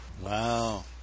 Wow